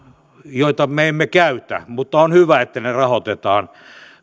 joita me emme käytä mutta on hyvä että ne rahoitetaan